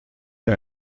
der